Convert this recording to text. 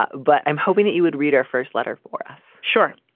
ah but i'm hoping that you would read our first letter for us short